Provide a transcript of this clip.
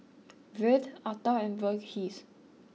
Vedre Atal and Verghese